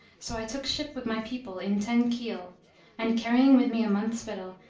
so i took ship with my people in ten keel and, carrying with me a month's victual,